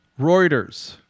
Reuters